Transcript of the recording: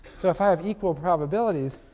so, if i have equal probabilities,